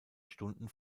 stunden